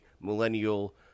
millennial